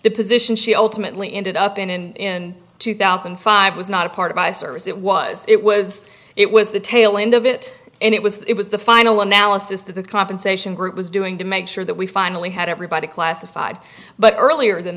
the position she ultimately ended up in in two thousand and five was not a part of us or is it was it was it was the tail end of it and it was it was the final analysis that the compensation group was doing to make sure that we finally had everybody classified but earlier than